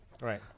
Right